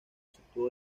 sitio